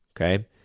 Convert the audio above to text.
Okay